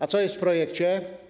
A co jest w projekcie?